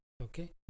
Okay